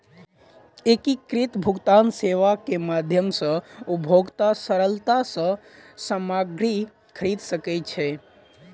एकीकृत भुगतान सेवा के माध्यम सॅ उपभोगता सरलता सॅ सामग्री खरीद सकै छै